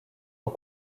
aux